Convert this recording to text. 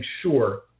sure